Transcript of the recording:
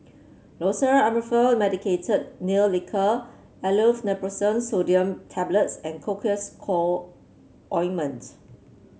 Loceryl Amorolfine Medicated Nail Lacquer Aleve Naproxen Sodium Tablets and Cocois Co Ointment